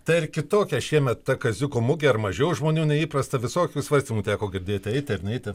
tai ar kitokia šiemet ta kaziuko mugė ar mažiau žmonių nei įprasta visokių svarstymų teko girdėti eiti ar neiti